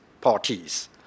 parties